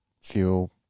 fuel